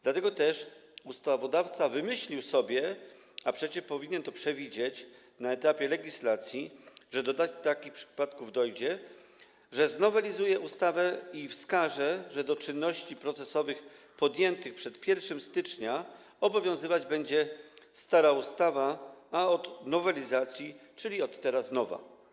Dlatego też ustawodawca wymyślił sobie - a przecież powinien to przewidzieć na etapie legislacji, że do takich przypadków dojdzie - że znowelizuje ustawę i wskaże, że w przypadku czynności procesowych podjętych przed 1 stycznia obowiązywać będzie stara ustawa, a od dnia nowelizacji, czyli od teraz, nowa.